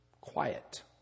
Quiet